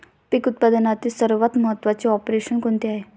पीक उत्पादनातील सर्वात महत्त्वाचे ऑपरेशन कोणते आहे?